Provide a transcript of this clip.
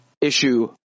issue